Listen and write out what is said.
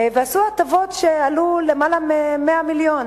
ועשו הטבות שעלו למעלה מ-100 מיליון.